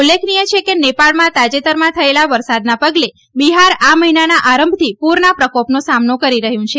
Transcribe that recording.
ઉલ્લેખનીય છે કે નેપાળમાં તાજેતર થયેલા વરસાદના પગલે બિહાર આ મહિનાના આરંભથી પૂરના પ્રકોપનો સામનો કરી રહ્યું છે